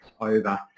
over